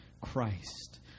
Christ